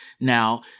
Now